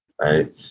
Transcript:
right